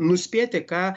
nuspėti ką